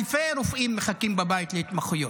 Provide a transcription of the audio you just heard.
אלפי רופאים מחכים בבית להתמחויות.